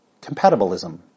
compatibilism